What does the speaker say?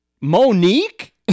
Monique